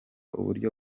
uburyo